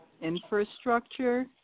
infrastructure